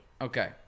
Okay